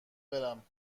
برم